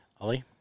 Ollie